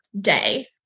day